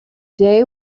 day